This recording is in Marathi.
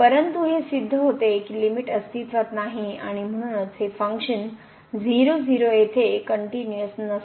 परंतु हे सिद्ध करते की लिमिट अस्तित्वात नाही आणि म्हणूनच हे फंक्शन 0 0 येथे कनट्युनिअस नसते